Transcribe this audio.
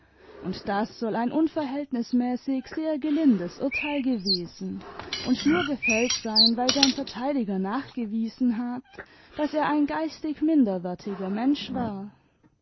und das soll ein unverhältnismäßig sehr gelindes urteil gewesen und nur gefällt sein weil sein verteidiger nachgewiesen hat daß er ein geistig minderwertiger mensch war